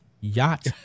yacht